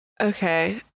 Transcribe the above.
Okay